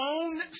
own